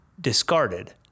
discarded